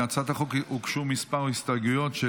להצעת החוק הוגשו כמה הסתייגויות של